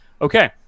Okay